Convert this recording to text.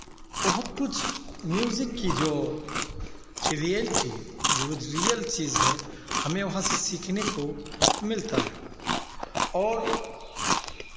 बहुत कुछ म्यूज़िक की जो रियालिटी जो रियल चीज़ है हमें वहाँ से सीखने को मिलता है और